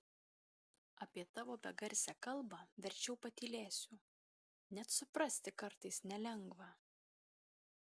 apie tavo begarsę kalbą verčiau patylėsiu net suprasti kartais nelengva